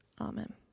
amen